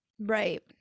Right